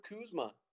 Kuzma